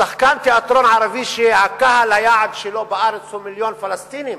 שחקן תיאטרון ערבי שקהל היעד שלו בארץ הוא מיליון פלסטינים